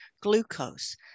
glucose